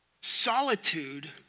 solitude